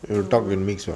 you thought we mixed ah